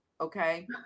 okay